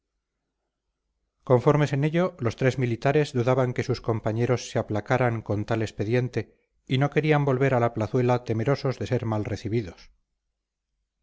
conformes en ello los tres militares dudaban que sus compañeros se aplacaran con tal expediente y no querían volver a la plazuela temerosos de ser mal recibidos